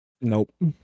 Nope